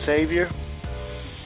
Savior